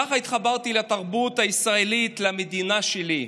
ככה התחברתי לתרבות הישראלית, למדינה שלי.